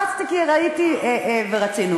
רצתי כי ראיתי ורצינו.